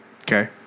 Okay